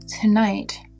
Tonight